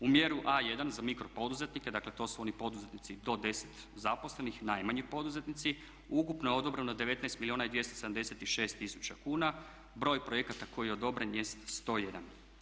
U mjeru A1 za mikro poduzetnike, dakle to su oni poduzetnici do 10 zaposlenih, najmanji poduzetnici, ukupno je odobreno 19 milijuna i 276 tisuća kuna, broj projekata koji je odobren jest 101.